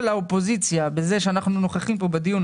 האופוזיציה בזה שאנחנו נוכחים פה בדיון,